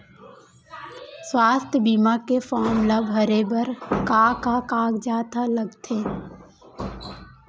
स्वास्थ्य बीमा के फॉर्म ल भरे बर का का कागजात ह लगथे?